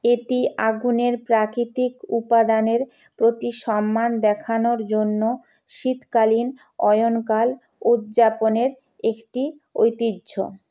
এটি আগুনের প্রাকৃতিক উপাদানের প্রতি সম্মান দেখানোর জন্য শীতকালীন অয়নকাল উদযাপনের একটি ঐতিহ্য